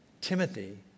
Timothy